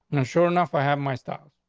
sure enough, i have my stuff.